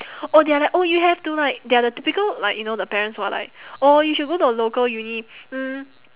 oh they are like oh you have to like they're the typical like you know the parents who are like oh you should go to a local uni hmm